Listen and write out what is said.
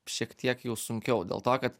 šiek tiek jau sunkiau dėl to kad